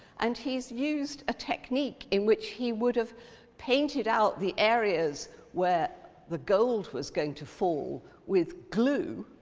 and he's used a technique in which he would have painted out the areas where the gold was going to fall with glue,